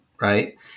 Right